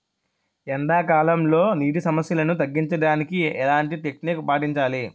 ఎండా కాలంలో, నీటి సమస్యలను తగ్గించడానికి ఎలాంటి టెక్నిక్ పాటించాలి?